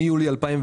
מיולי 2020,